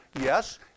Yes